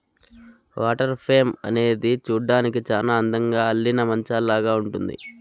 water frame అనేది చూడ్డానికి చానా అందంగా అల్లిన మంచాలాగా ఉంటుంది